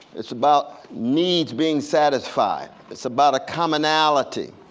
it's about needs being satisfied. it's about a commonality.